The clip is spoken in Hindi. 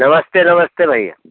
नमस्ते नमस्ते भैया